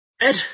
Ed